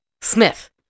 Smith